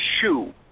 shoe